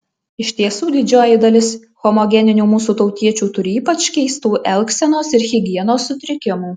iš tiesų didžioji dalis homogeninių mūsų tautiečių turi ypač keistų elgsenos ir higienos sutrikimų